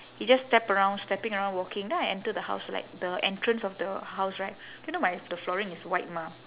he just step around stepping around walking then I enter the house like the entrance of the house right then you know my the flooring is white mah